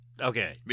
Okay